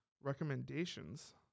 recommendations